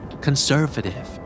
Conservative